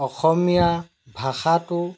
অসমীয়া ভাষাটো